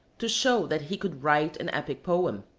to show that he could write an epic poem.